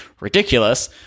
ridiculous